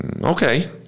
okay